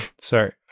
sorry